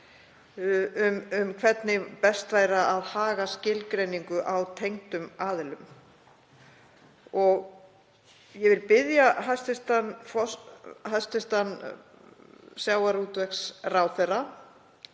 það hvernig best væri að haga skilgreiningu á tengdum aðilum. Ég vil biðja hæstv. sjávarútvegsráðherra